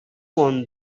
won